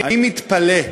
אני מתפלא,